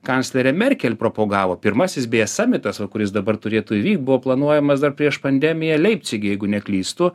kanclerė merkel propogavo pirmasis beje samitas kuris dabar turėtų įvykt buvo planuojamas dar prieš pandemiją leipcige jeigu neklystu